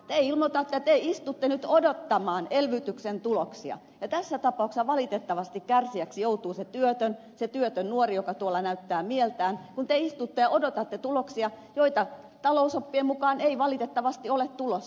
te ilmoitatte että te istutte nyt odottamaan elvytyksen tuloksia ja tässä tapauksessa valitettavasti kärsijäksi joutuu se työtön se työtön nuori joka tuolla näyttää mieltään kun te istutte ja odotatte tuloksia joita talousoppien mukaan ei valitettavasti ole tulossa